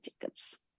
Jacobs